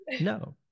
no